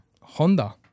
Honda